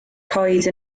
coed